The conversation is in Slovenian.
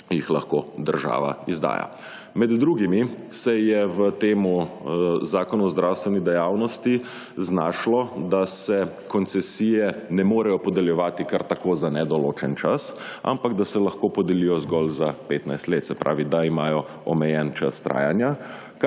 lahko država izdaja. Med drugimi, se je v temu Zakonu o zdravstveni dejavnosti znašlo, da se koncesije ne morejo podeljevati kar tako za nedoločen čas, ampak, da se lahko podelijo zgolj za 15 let, se pravi, da imajo omejen čas trajanja,